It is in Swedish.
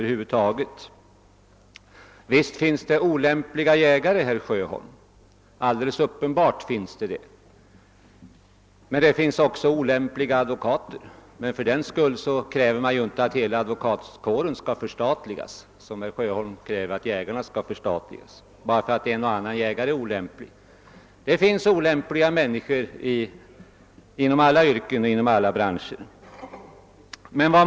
Visst finns det olämpliga jägare, herr Sjöholm. Det är alldeles uppenbart. Men det finns också olämpliga advokater. Fördenskull kräver man dock inte att hela advokatkåren skall förstatligas, liksom herr Sjöholm kräver att jägarna skall förstatligas bara för att en och annan av dem är olämplig. Det finns olämpliga människor inom alla yrken och alla branscher.